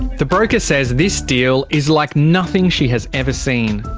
the broker says this deal is like nothing she has ever seen.